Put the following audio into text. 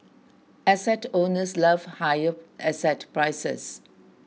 asset owners love higher asset prices